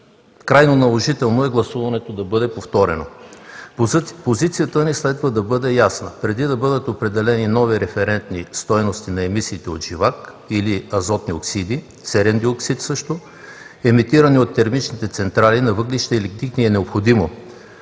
крайно наложително е гласуването да бъде повторено. Позицията ни следва да бъде ясна преди да бъдат определени нови референтни стойности на емисиите от живак или азотни оксиди, също и серен диоксид, емитирани от термичните централи на въглища и лигнит. Необходимо